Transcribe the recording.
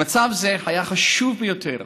במצב זה היה חשוב ביותר